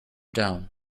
down